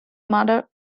mother